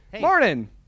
Morning